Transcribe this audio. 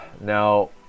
Now